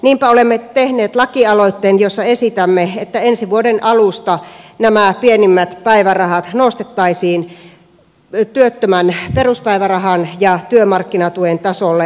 niinpä olemme tehneet lakialoitteen jossa esitämme että ensi vuoden alusta nämä pienimmät päivärahat nostettaisiin työttömän peruspäivärahan ja työmarkkinatuen tasolle